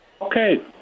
Okay